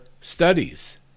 studies